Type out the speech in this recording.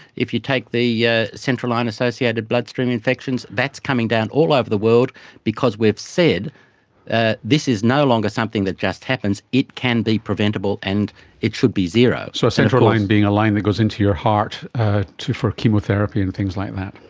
if you take the yeah central line associated bloodstream infections, that is coming down all over the world because we have said ah this is no longer something that just happens, it can be preventable and it should be zero. so a central line being a line that goes into your heart for chemotherapy and things like that.